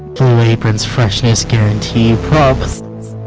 blue apron's freshness guarantee promises.